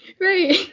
Right